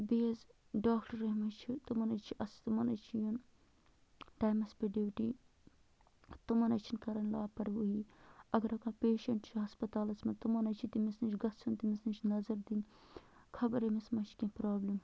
بیٚیہِ حظ ڈاکٹر یِم حظ چھِ تِمَن حظ چھِ اَص تِمَن حظ چھِ یُن ٹایمَس پٮ۪ٹھ ڈیوٹی تِمَن حظ چھِنہٕ کَران لاپَروٲہی اَگر کانٛہہ پیٚشَنٛٹ چھُ ہَسپَتالَس منٛز تِمَن حظ چھِ تٔمِس نِش گژھُن تٔمِس نِش نظر دِنۍ خبر أمِس ما چھِ کینٛہہ پرٛابلِم